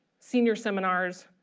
senior seminars,